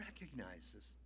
recognizes